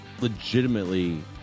legitimately